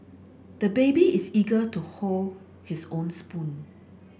the baby is eager to hold his own spoon